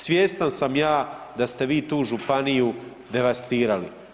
Svjestan sam ja da ste vi tu županiju devastirali.